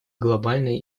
глобальной